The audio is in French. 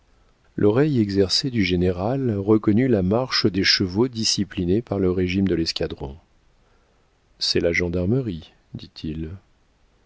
l'oreille exercée du général reconnut la marche des chevaux disciplinés par le régime de l'escadron c'est la gendarmerie dit-il